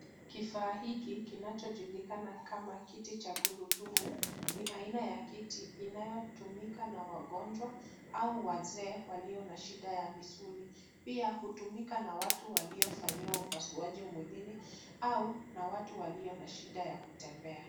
Kifaa hiki kinachojulikana kama kiti cha gurudumu ni aina ya kiti inayotumika na wagonjwa au wazee walio na shida ya misuli. Pia hutumika na watu waliofanyiwa upasuaji mwilini au na watu walio na shida ya kutembea.